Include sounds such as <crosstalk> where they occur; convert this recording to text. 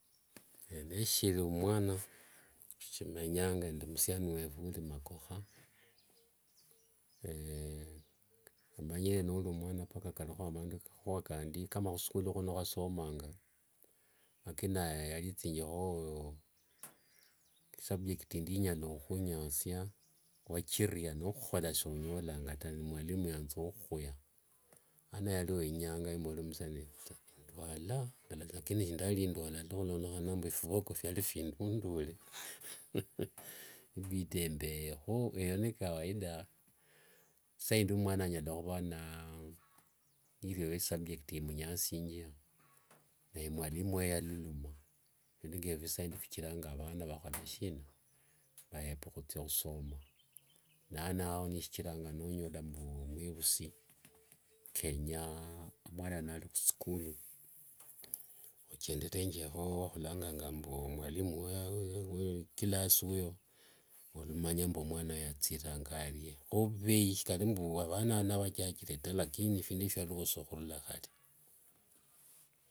<hesitation> neshiri mwana, neshimenyanga nende musiani wefu uli makokha, <hesitation> omanyire nolikho mwana mpaka kalio amandu makhua kandi kama khusukuli khuno, khwasomanga lakini nayee yalithingikho, isubjuct yindi inyala ukhunyasia wachiria nokhola sonyolanga ta be mwalimu yaanza ukhukhuya. Lano yalio inyanga nemborera musiani wefu ta, endwala <unintelligible> lakini sindalindwala ta khulondekhana nende phivoko phiali vindundule <laughs> niphibida mbeho, eyo n kawaida. Isaa indii mwana anyala khuva <noise> niliwo isubjuct imunyasinjia, ne mwalimu oyo yalula, phindu ngephio vichiranga avana <noise> vakhola shina, vayepa khuthia khusoma. <noise> Nano ao nishichiranga nonyola mbu meivusi, kenya mwana nali khusukuli, ochenderengekho wokhulanganga <hesitation> mbu mwalimu <hesitation> wa iclass eyo walamanya mwana naye athiriranga arie. Kho vuvei shikalimbu avana avo nivachachire ta lakini shindu eshio shialio khuchaka khale.